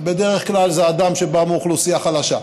ובדרך כלל זה אדם שבא מאוכלוסייה חלשה,